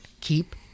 keep